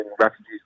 refugees